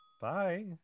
Bye